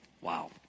Wow